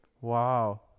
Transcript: Wow